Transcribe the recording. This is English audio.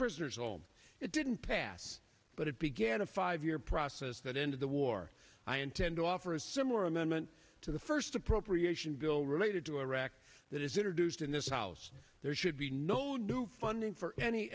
prisoners old it didn't pass but it began a five year process that ended the war i intend to offer a similar amendment to the first appropriation bill related to iraq that is introduced in this house there should be no do funding for any